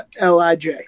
LIJ